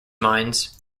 mines